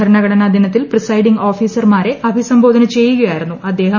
ഭരണഘടനാ ദിനത്തിൽ പ്രിസൈഡിംഗ് ഓഫീസർമാരെ അഭിസംബോധന ചെയ്യുകയായിരുന്നു അദ്ദേഹം